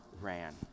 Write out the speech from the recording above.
ran